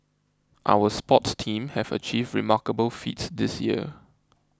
our sports teams have achieved remarkable feats this year